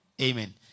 Amen